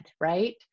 right